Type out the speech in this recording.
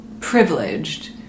privileged